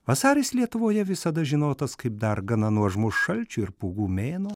vasaris lietuvoje visada žinotas kaip dar gana nuožmus šalčių ir pūgų mėnuo